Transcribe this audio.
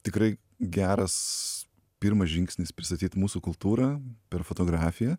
tikrai geras pirmas žingsnis pristatyt mūsų kultūrą per fotografiją